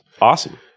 Awesome